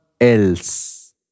else